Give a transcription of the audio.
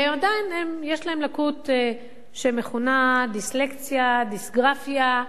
ועדיין יש להם לקות שמכונה דיסלקציה, דיסגרפיה,